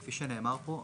כפי שנאמר פה,